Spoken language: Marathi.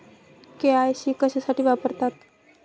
के.वाय.सी कशासाठी वापरतात?